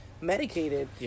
medicated